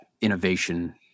innovation